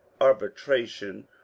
arbitration